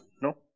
no